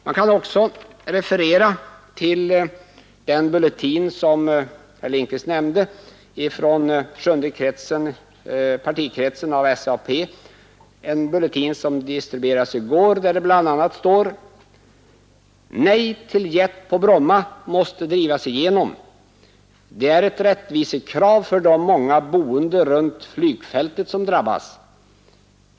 Jag kan också referera till en bulletin som herr Lindkvist nämnde från sjunde partikretsen av SAP, en bulletin som distribuerades i går och i vilken det bl.a. står: ”Nej till jet på Bromma måste drivas igenom, det är ett rättvisekrav för de många boende runt flygfältet som drabbas.